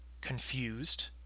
confused